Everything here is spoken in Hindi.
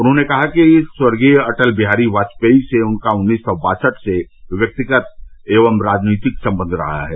उन्होंने कहा कि स्वर्गीय अटल बिहारी वाजपेई से उनका उन्नीस सौ बासठ से व्यक्तिगत एवं राजनैतिक संबंध रहा है